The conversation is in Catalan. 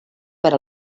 per